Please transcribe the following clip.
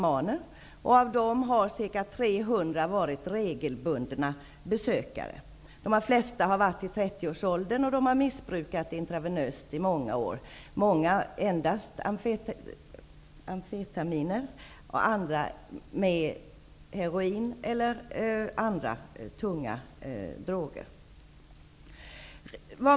Av dessa narkomaner har ca 300 varit regelbundna besökare. De flesta har varit i trettioårsåldern, och de har missbrukat intravenöst i många år. Många narkomaner har endast missbrukat amfetaminer, och andra heroin eller andra tunga droger.